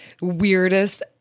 Weirdest